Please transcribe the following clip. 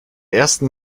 ersten